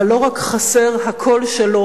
אבל לא רק חסר הקול שלו,